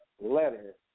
letter